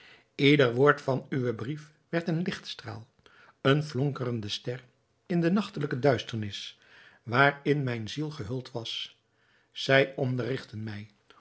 ieder woord van uwen brief werd een lichtstraal eene flonkerende ster in de nachtelijke duisternis waarin mijne ziel gehuld was zij onderrigtten mij